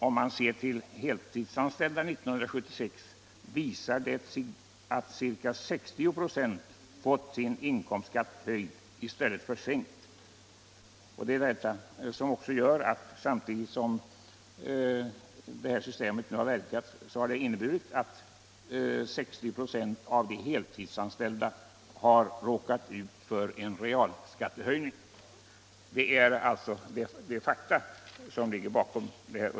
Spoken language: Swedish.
Om man ser till de heltidsanställda 1976, visar det sig dock att cirka 60 procent fått sin inkomstskatt höjd i stället för sänkt.” Det är detta som gör att systemet har inneburit att cirka 60 procent av de heltidsanställda kan ha råkat ut för realskattehöjning”. Det är alltså de fakta som ligger bakom.